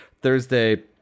Thursday